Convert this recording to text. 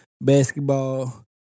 basketball